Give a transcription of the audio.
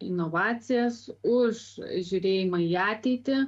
inovacijas už žiūrėjimą į ateitį